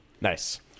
nice